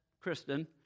Kristen